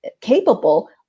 capable